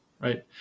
right